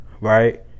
right